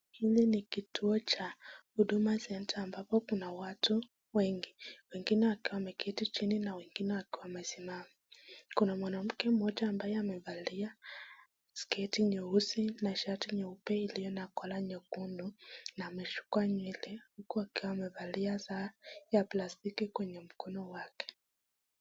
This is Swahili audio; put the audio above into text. Hili ni kituo cha Huduma Center ambapo kuna watu wengi, wengine wakiwa wameketi chini na wengine wakiwa wamesimama .Kuna mwanamke mmoja ambaye amevalia sketi nyeusi na shati nyeupe iliyo na colour nyekundu na ameshukwa nywele akiwa amevalia saa ya plastiki kwenye mkono wake.